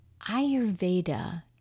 Ayurveda